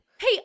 Hey